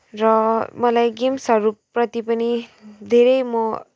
र मलाई गेम्सहरूप्रति पनि धेरै म